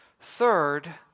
Third